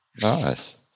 Nice